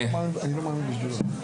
צלם, צלם.